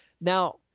Now